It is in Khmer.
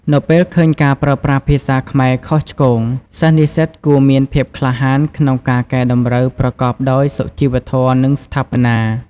នៅពេលឃើញការប្រើប្រាស់ភាសាខ្មែរខុសឆ្គង សិស្សនិស្សិតគួរមានភាពក្លាហានក្នុងការកែតម្រូវប្រកបដោយសុជីវធម៌ និងស្ថាបនា។